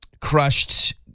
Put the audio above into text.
crushed